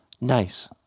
Nice